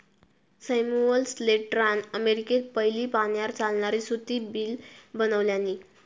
Samuel स्लेटरान अमेरिकेत पयली पाण्यार चालणारी सुती मिल बनवल्यानी